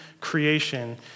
creation